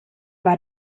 war